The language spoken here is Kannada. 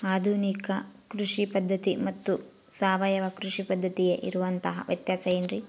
ಆಧುನಿಕ ಕೃಷಿ ಪದ್ಧತಿ ಮತ್ತು ಸಾವಯವ ಕೃಷಿ ಪದ್ಧತಿಗೆ ಇರುವಂತಂಹ ವ್ಯತ್ಯಾಸ ಏನ್ರಿ?